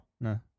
No